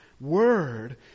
word